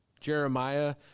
Jeremiah